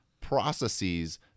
processes